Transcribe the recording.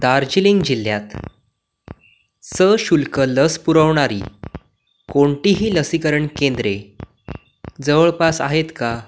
दार्जिलिंग जिल्ह्यात सशुल्क लस पुरवणारी कोणतीही लसीकरण केंद्रे जवळपास आहेत का